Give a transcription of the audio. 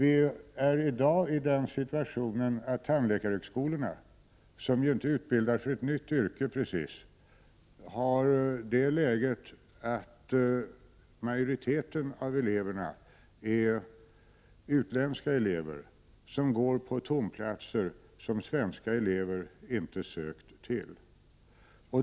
I dag har man en situation där majoriteten av eleverna på tandläkarhögskolorna, där man ju inte precis utbildar för något nytt yrke, är utländska elever som går på s.k. tomplatser som svenska elever inte sökt till.